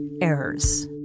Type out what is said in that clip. errors